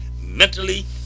mentally